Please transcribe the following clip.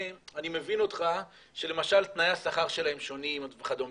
אני מבין אותך שלמשל תנאי השכר שלהם שונים וכדומה,